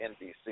NBC